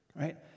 Right